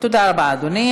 תודה רבה, אדוני.